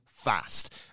Fast